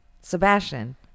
Sebastian